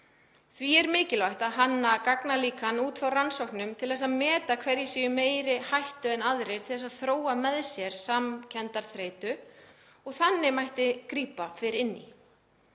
Því er mikilvægt að hanna gagnalíkan út frá rannsóknum til þess að meta hverjir séu í meiri hættu en aðrir á að þróa með sér samkenndarþreytu og þannig mætti grípa fyrr inn